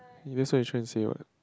that's what you trying to say what